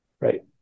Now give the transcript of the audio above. right